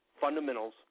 Fundamentals